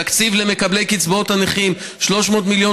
תקציב למקבלי קצבאות הנכים; 300 מיליון